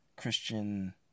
Christian